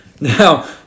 Now